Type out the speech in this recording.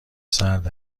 سرد